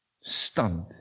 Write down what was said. stunned